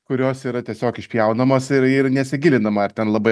kurios yra tiesiog išpjaunamos ir ir nesigilinama ar ten labai